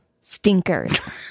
Stinkers